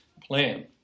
plan